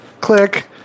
Click